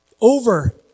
over